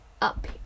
up